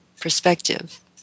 perspective